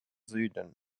süden